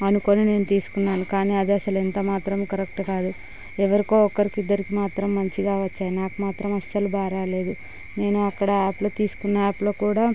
అనుకోని నేను తీసుకున్నాను కానీ అది అసలు ఎంత మాత్రం కరెక్ట్ కాదు ఎవరికో ఒకరికి ఇద్దరు మాత్రం మంచిగా వచ్చాయి నాకు మాత్రం అసలు బాగా రాలేదు నేను అక్కడ యాప్ లో తీసుకున్న యాప్లో కూడా